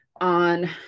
on